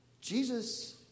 Jesus